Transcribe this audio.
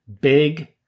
big